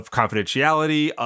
confidentiality